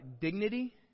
dignity